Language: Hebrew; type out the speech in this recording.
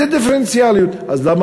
זה דיפרנציאליות.